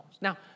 Now